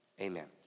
Amen